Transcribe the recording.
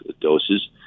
doses